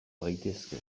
gaitezke